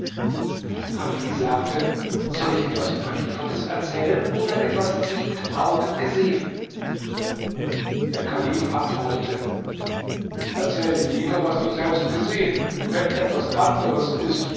ali sagte soll ich etwas überliefertes erzählen oder etwas das ich mit augen gesehen der kalif antwortete erzähle lieber was du selbst gesehen denn etwas anderes ist